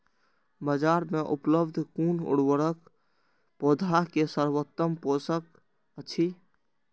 बाजार में उपलब्ध कुन उर्वरक पौधा के सर्वोत्तम पोषक अछि?